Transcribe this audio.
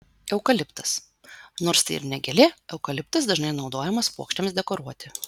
eukaliptas nors tai ir ne gėlė eukaliptas dažnai naudojamas puokštėms dekoruoti